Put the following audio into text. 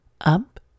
up